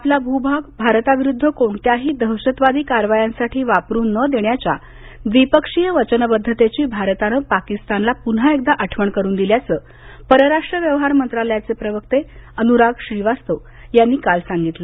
आपला भूभाग भारताविरुद्ध कोणत्याही दहशतवादी कारवायांसाठी वापरु न देण्याच्या द्विपक्षीय वचनबद्धतेची भारतानं पाकिस्तानला पुन्हा एकदा आठवण करुन दिल्याचं परराष्ट्र व्यवहार मंत्रालयाचे प्रवक्ते अनुराग श्रीवास्तव यांनी काल सांगितलं